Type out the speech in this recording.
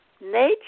nature